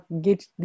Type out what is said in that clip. get